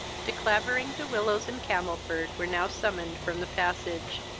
de clavering, de willows, and camelford, were now summoned from the passage,